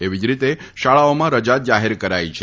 એવી જ રીતે શાળાઓમાં રજા જાહેર કરાઈ છે